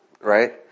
right